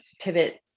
pivot